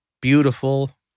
beautiful